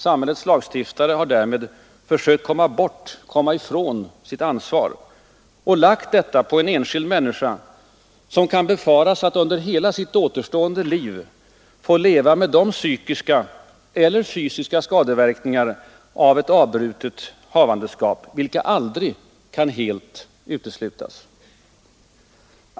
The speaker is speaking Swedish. Samhällets lagstiftare har därmed försökt komma ifrån sitt ansvar och lagt detta på en enskild människa, som kan befaras under hela sitt återstående liv få leva med de psykiska eller fysiska skadeverkningar av ett avbrutet havandeskap vilka aldrig kan helt uteslutas.